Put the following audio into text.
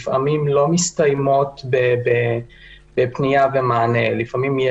שלא מסתיימות בפנייה ומענה לפעמים.